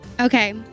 Okay